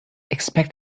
expect